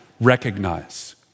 recognize